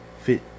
fit